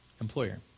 employer